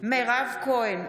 מירב כהן,